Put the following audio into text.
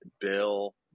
Bill